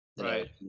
Right